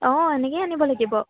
অঁ এনেকৈয়ে আনিব লাগিব